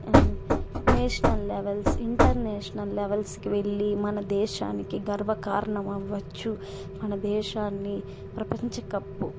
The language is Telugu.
నేషనల్ లెవెల్స్ ఇంటర్నేషనల్ లెవెల్స్కి వెళ్ళి మన దేశానికి గర్వకారణం అవ్వచ్చు మన దేశాన్ని ప్రపంచకప్పు